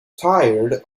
tired